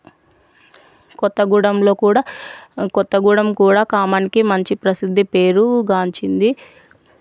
కొత్తగూడెంలో కూడా కొత్తగూడెం కూడా కామానికి మంచి ప్రసిద్ధి పేరు గాంచింది